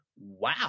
wow